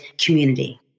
community